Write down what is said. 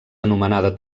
anomenada